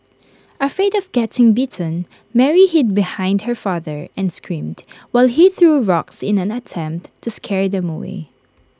afraid of getting bitten Mary hid behind her father and screamed while he threw rocks in an attempt to scare them away